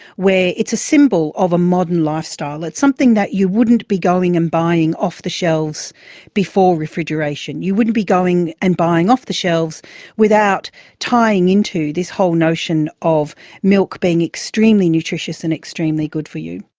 where it's a symbol of a modern lifestyle. it's something that you wouldn't be going and buying off the shelves before refrigeration, you wouldn't be going and buying off the shelves without tying into this whole notion of milk being extremely nutritious and extremely good for you.